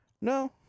No